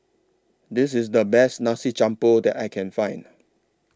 This IS The Best Nasi Campur that I Can Find